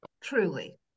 Truly